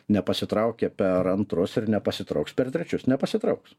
nepasitraukė per antrus ir nepasitrauks per trečius nepasitrauks